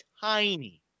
tiny